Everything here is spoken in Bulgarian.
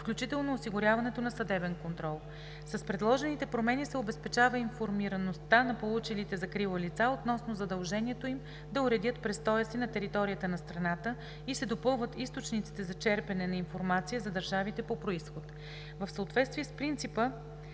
включително осигуряването на съдебен контрол. С предложените промени се обезпечава информираността на получилите закрила лица относно задължението им да уредят престоя си на територията на страната и се допълват източниците за черпене на информация за държавите по произход. В съответствие с принципа